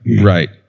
Right